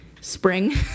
spring